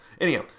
Anyhow